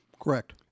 Correct